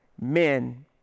men